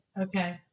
Okay